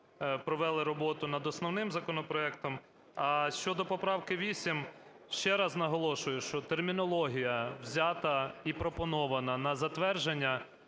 провели роботу над основним законопроектом. А щодо поправки 8, ще раз наголошую, що термінологія взята і пропонована на затвердження